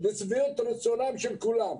ולשביעות הרצון של כולם.